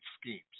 schemes